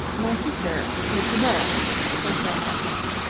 my sister mr. burrowes, said fillmore faintly.